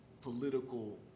political